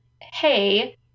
hey